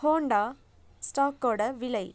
Honda ஸ்டாக்கோட விலை